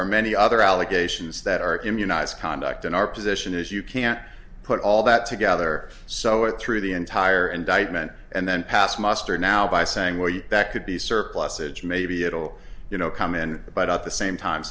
are many other allegations that are immunised conduct in our position if you can't put all that together so it through the entire indictment and then pass muster now by saying well you could be surplusage maybe it'll you know come in but at the same time